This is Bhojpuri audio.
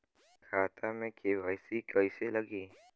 खाता में के.वाइ.सी कइसे लगी?